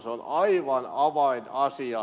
se on aivan avainasia